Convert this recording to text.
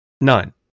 None